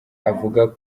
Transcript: avuga